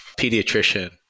pediatrician